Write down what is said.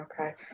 Okay